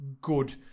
good